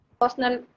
personal